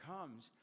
comes